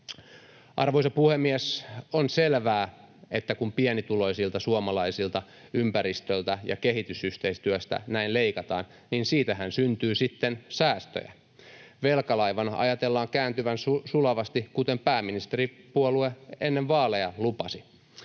Arvoisa puhemies! On selvää, että kun pienituloisilta suomalaisilta, ympäristöltä ja kehitysyhteistyöstä näin leikataan, niin siitähän syntyy sitten säästöjä. Velkalaivan ajatellaan kääntyvän sulavasti, kuten pääministeripuolue ennen vaaleja lupasi,